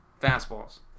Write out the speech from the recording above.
fastballs